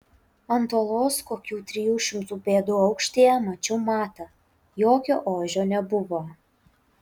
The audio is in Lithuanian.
ant uolos kokių trijų šimtų pėdų aukštyje mačiau matą jokio ožio nebuvo